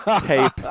tape